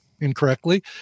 incorrectly